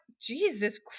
Jesus